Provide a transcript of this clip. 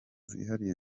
zihariye